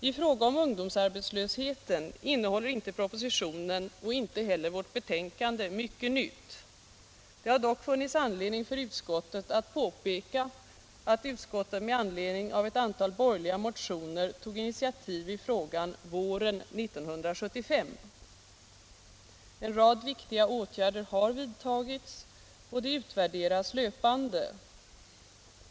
I fråga om ungdomsarbetslösheten innehåller inte propositionen och inte heller vårt betänkande mycket nytt. Det har dock funnits anledning för utskottet att påpeka att utskottet med anledning av ett antal borgerliga motioner tog initiativ i frågan våren 1975. En rad viktiga åtgärder har vidtagits och de utvärderas löpande.